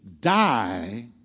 die